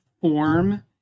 form